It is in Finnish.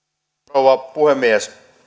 rouva puhemies